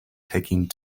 taking